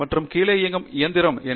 மற்றும் கீழே இயங்கும் இயந்திரம் என்ன